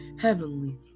Heavenly